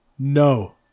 No